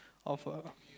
of a